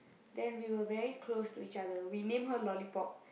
then we were very close to each other we name her Lollipop